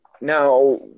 now